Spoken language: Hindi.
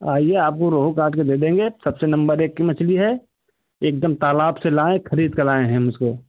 आइए आपको रोहू काट कर दे देंगे सबसे नम्बर एक की मछली है एकदम तालाब से लाए हैं खरीद कर लाए हैं हम उसे